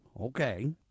Okay